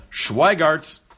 Schweigart